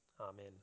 Amen